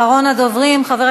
אני